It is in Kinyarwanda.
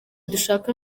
dushaka